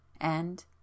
And